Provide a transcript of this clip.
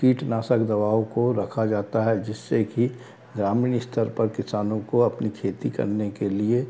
कीटनाशक दवाओं को रखा जाता है जिससे कि ग्रामीण स्तर पर किसानों को अपनी खेती करने के लिए